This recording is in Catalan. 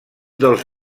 dels